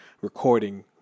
recording